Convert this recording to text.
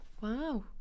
wow